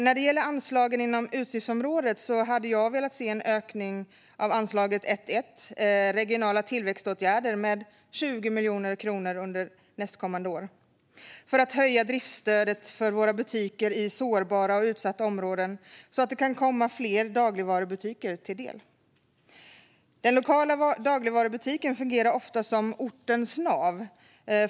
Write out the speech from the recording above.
När det gäller anslagen inom utgiftsområdet hade jag velat se en ökning av anslaget 1:1 Regionala tillväxtåtgärder med 20 miljoner kronor under nästkommande år för att höja driftsstödet för våra butiker i sårbara och utsatta områden så att det kan komma fler dagligvarubutiker till del. Den lokala dagligvarubutiken fungerar ofta som ortens nav.